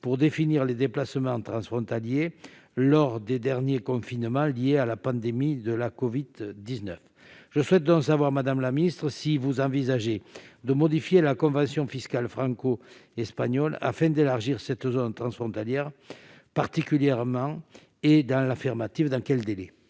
pour définir les déplacements transfrontaliers lors des derniers confinements liés à la pandémie de la covid-19. Je souhaite donc savoir, madame la ministre, si le Gouvernement envisage de modifier la convention fiscale franco-espagnole afin d'élargir cette zone transfrontalière et, dans l'affirmative, dans quel délai.